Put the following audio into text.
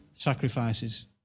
Sacrifices